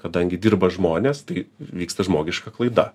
kadangi dirba žmonės tai vyksta žmogiška klaida